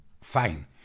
fine